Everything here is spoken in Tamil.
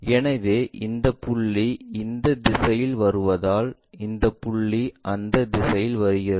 எனவே இந்த புள்ளி இந்த திசையில் வருவதால் இந்த புள்ளி அந்த திசையில் வருகிறது